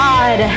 God